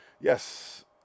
Yes